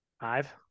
Five